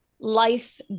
life